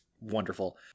wonderful